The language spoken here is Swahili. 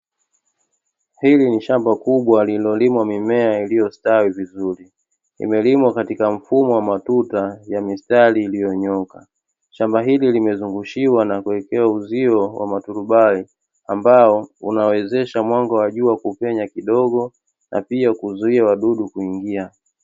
Hili ni shamba kubwa lilolimwa mimea lililostawi vizuri limelimwa katika mfumo matuta ya mistari ulionyooka . Shamba hili limelimwa na kuzungushiwa uzuo wa maturubai ambao unawezesha mwanga wa jua kupenya kidogo na pia kizuia wadudu kuingia .